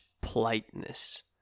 politeness